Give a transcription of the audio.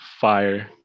fire